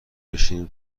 بشینیم